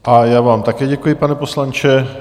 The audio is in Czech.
A já vám také děkuji, pane poslanče.